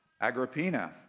Agrippina